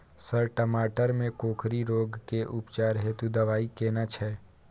Sir टमाटर में कोकरि रोग के उपचार हेतु दवाई केना छैय?